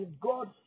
God